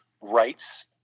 rights